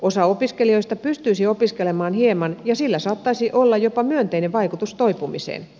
osa opiskelijoista pystyisi opiskelemaan hieman ja sillä saattaisi olla jopa myönteinen vaikutus toipumiseen